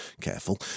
Careful